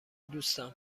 دوستم